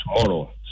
tomorrow